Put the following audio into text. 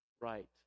right